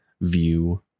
view